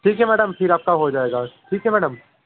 ठीक है मैडम फिर आपका हो जाएगा ठीक है मैडम